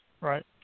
right